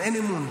לא אתן יד